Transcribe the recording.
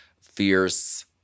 fierce